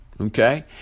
okay